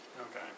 Okay